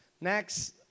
Next